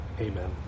amen